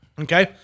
Okay